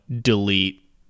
delete